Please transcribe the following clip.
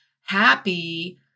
happy